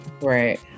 right